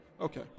Okay